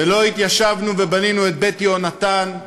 ולא התיישבנו ובנינו את בית יהונתן,